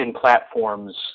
platforms